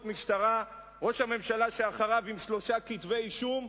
משטרה וראש הממשלה שאחריו עם שלושה כתבי-אישום,